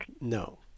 No